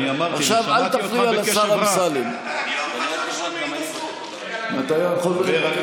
כי אתה אמרת עכשיו את אותו דבר שבגינו ביקשת ממני הודעה אישית,